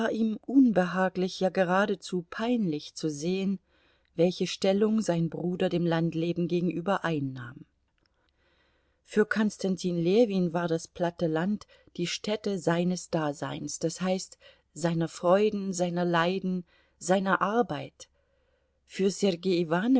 ihm unbehaglich ja geradezu peinlich zu sehen welche stellung sein bruder dem landleben gegenüber einnahm für konstantin ljewin war das platte land die stätte seines daseins das heißt seiner freuden seiner leiden seiner arbeit für sergei